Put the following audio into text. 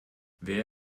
wer